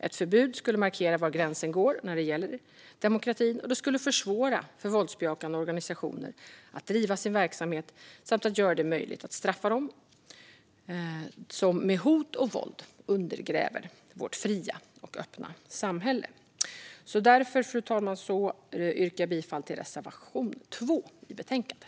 Ett förbud skulle markera var gränsen går när det gäller demokratin, och det skulle försvåra för våldsbejakande organisationer att driva sin verksamhet samt göra det möjligt att straffa dem som med hot och våld undergräver vårt fria och öppna samhälle. Fru talman! Jag yrkar bifall till reservation 2 i betänkandet.